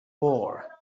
war